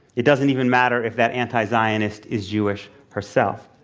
it doesn't even matter if that anti-zionist is jewish herself.